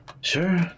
Sure